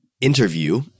interview